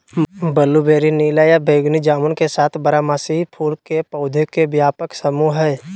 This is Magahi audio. ब्लूबेरी नीला या बैगनी जामुन के साथ बारहमासी फूल के पौधा के व्यापक समूह हई